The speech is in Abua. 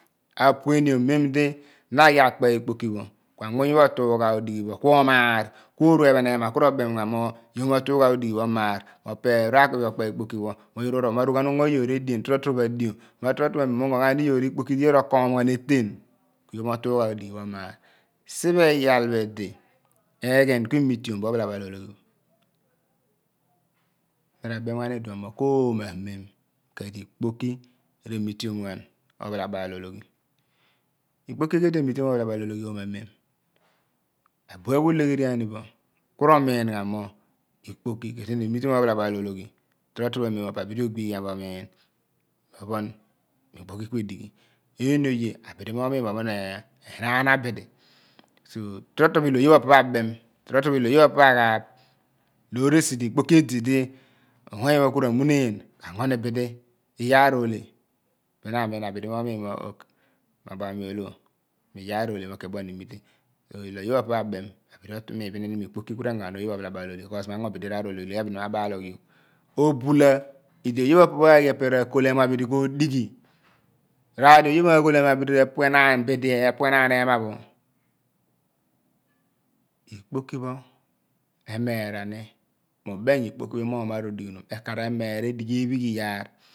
Aguniom mem di na ghi akpe ikpoki pho ku amuny pho otu gha odighi ku omaar ku oru ephen ema ku ro bem ghan mo yoor mo tugha odighi pho omaar opeer pho aghi pho okpe ikpoki pho yoor ma ru ghan ugno iyoor edien torotoro bo adio mo torotoro bo amem ugno ghaani iyoor ikpoki di yoor okoom ghan eten ku yoor mo tugha odighi pho omaar si phe iyaal pho idi eghen ku imi tiom bo ophalabal ologhi pho mi ra bem ghan iduon mo koomamem ku edi ikpoki re mi tiom ghan ophalabal ologhi ikpoki ke tue emitiom ophalabal ologhi oomo amem abue pho ulegheriaan bo ku ro miin ghan mo ikpoki ke tue ni emition ophalabal ologhi toro toro amem mo po bidi agbighian bo omiin mo pho mo ikpoki ku idighi een oye abidi mo miin mo ophon enaan abidi so torotoro ilo oye opo aghaagh loor esi di ikpoki edi di umnanyu pho ku ra muneen ka gno bidi iyaar ole bin na amiin abidi mo miin ok mo obhaghami olo mio iyaa ole mo ke bua ni emite so ilo oye opo pho abem abidi omiin bininin mo ikpoki ku re gno oye pho opo pho ophalabal ologhi kos me gno bidi raar ole ologhi abidi mabaloghyogh obula idi oye pho opo pho ra kol emu abidi ko dighi raar di oye ma ghol emu abidi ra pue naan bidi ra pue naan ema pho ikpoki pho emeera ni mi ubem mo ikpoki imogh maar odighi num ekaar emeera edighi ephigh iyaar